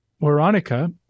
Veronica